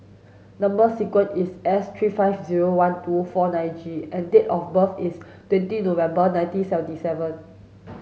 number sequence is S three five zero one two four nine G and date of birth is twenty November nineteen seventy seven